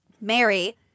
Mary